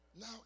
now